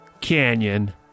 canyon